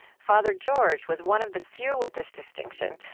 father george was one of the few with this distinction,